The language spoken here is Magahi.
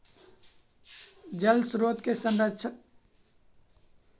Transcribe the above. जलस्रोत के संरक्षण करके खेत के बेहतर बनावल जा हई